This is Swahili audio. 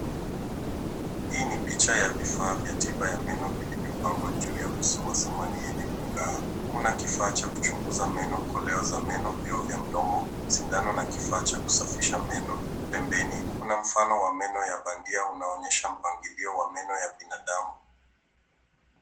Hii ni picha ya vifaa vya tiba ya meno vilivyopangwa juu ya uso wa sahani yenye kung'aa. Kuna kifaa cha kuchunguza meno, koleo za meno, vioo vya mdomo, sindano na kifaa cha kusafisha meno. Pembeni, kuna mfano wa meno ya bandia unaoonyesha mpangilio wa meno ya binadamu.